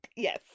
Yes